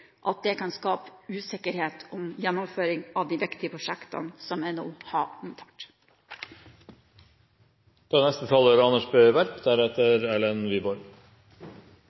om finansiering, kan det skape usikkerhet om gjennomføring av de viktige prosjektene som jeg nå har omtalt.